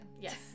Yes